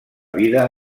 vida